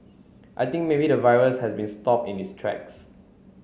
I think maybe the virus has been stop in this tracks